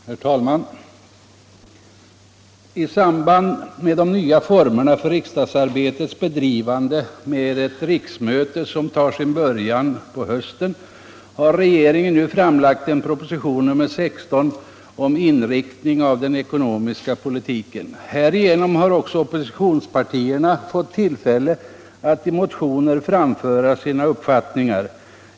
Herr talman! I samband med de nya formerna för riksdagsarbetets bedrivande, med ett riksmöte som tar sin början på hösten, har regeringen nu framlagt en proposition 1975/76:65 om inriktningen av den ekonomiska politiken. Härigenom har också oppositionspartierna fått tillfälle att i motioner framföra sina uppfattningar.